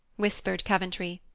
whispered coventry.